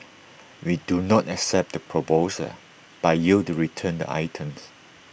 we do not accept the proposal by you to return the items